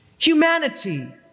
Humanity